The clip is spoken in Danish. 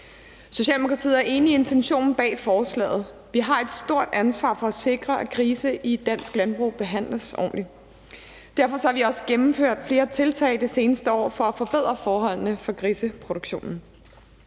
Socialdemokratiet er enige i intentionen bag forslaget. Vi har et stort ansvar for at sikre, at grise i dansk landbrug behandles ordentligt. Derfor har vi også gennemført flere tiltag det seneste år for at forbedre forholdene i griseproduktionen.